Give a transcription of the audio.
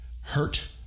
hurt